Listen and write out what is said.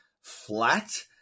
flat